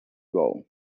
road